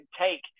take